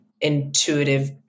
intuitive